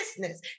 business